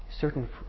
certain